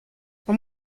man